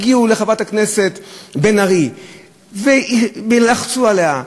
הגיעו לחברת הכנסת בן ארי ולחצו עליה,